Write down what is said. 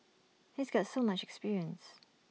he's got so much experience